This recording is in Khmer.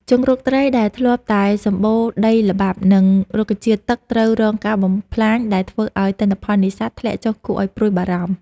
ជម្រកត្រីដែលធ្លាប់តែសម្បូរដីល្បាប់ និង រុក្ខជាតិទឹកត្រូវរងការបំផ្លាញដែលធ្វើឱ្យទិន្នផលនេសាទធ្លាក់ចុះគួរឱ្យព្រួយបារម្ភ។